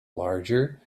larger